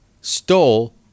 stole